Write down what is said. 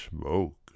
smoke